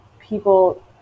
people